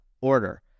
order